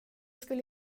skulle